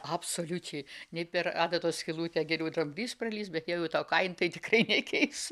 absoliučiai nei per adatos skylutę geriau dramblys pralįs bet jeigu tau kain tai tikrai nekeis